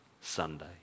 Sunday